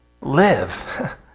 live